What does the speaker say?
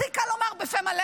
הכי קל לומר בפה מלא